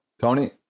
Tony